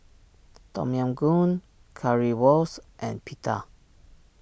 Tom Yam Goong Currywurst and Pita